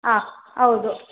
ಹಾಂ ಹೌದು